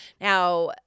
Now